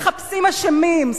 מחפשים אשמים,